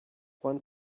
want